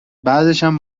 بعدشم